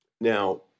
Now